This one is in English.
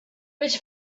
rich